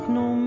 no